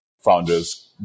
founders